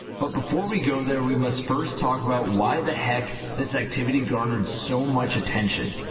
but before we go there, we must first talk about why the heck this activity garnered so much attention!